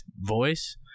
voice